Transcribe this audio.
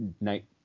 night